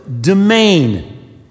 domain